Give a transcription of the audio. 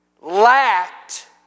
lacked